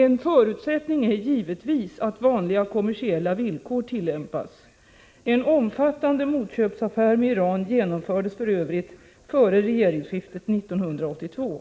En förutsättning är givetvis att vanliga kommersiella villkor tillämpas. En omfattande motköpsaffär med Iran genomfördes f.ö. före regeringsskiftet 1982.